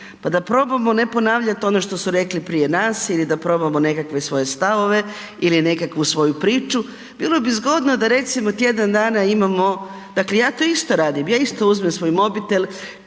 pa da probamo ne ponavljati ono što su rekli prije nas ili da probamo nekakve svije stavove ili nekakvu svoju priču, bilo bi zgodno da recimo tjedan dana imamo, dakle ja to isto radim, ja isto uzmem svoj mobitel,